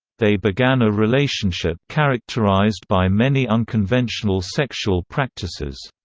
they began a relationship characterized by many unconventional sexual practices.